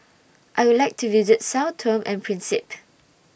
I Would like to visit Sao Tome and Principe